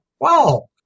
wow